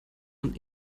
und